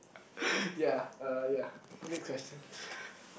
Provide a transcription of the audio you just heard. ya uh ya okay next question